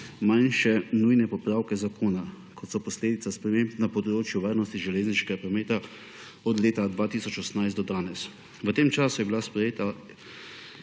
manjše nujne popravke zakona, ki so posledica sprememb na področju varnosti železniškega prometa od leta 2018 do danes. V tem času je bila sprejeta